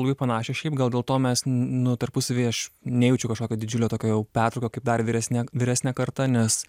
labai panašios šiaip gal dėl to mes nu tarpusavyje aš nejaučiu kažkokio didžiulio tokio jau pertrūkio kaip dar vyresni vyresnė karta nes